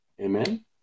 Amen